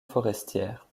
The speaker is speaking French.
forestière